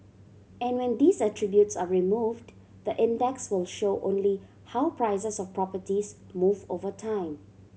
and when these attributes are removed the index will show only how prices of properties move over time